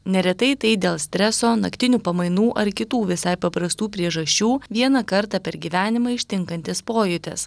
neretai tai dėl streso naktinių pamainų ar kitų visai paprastų priežasčių vieną kartą per gyvenimą ištinkantis pojūtis